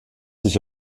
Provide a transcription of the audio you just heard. sich